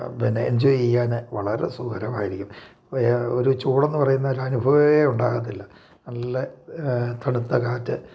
പിന്നെ എൻജോയി ചെയ്യാൻ വളരെ സുഖകരമായിരിക്കും ഒരു ചൂടന്ന് പറയുന്ന ഒരു അനുഭവം ഉണ്ടാകത്തില്ല നല്ല തണുത്ത കാറ്റ്